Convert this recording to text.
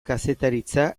kazetaritza